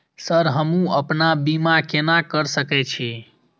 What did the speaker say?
Sir हमू अपना बीमा केना कर सके छी?